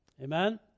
Amen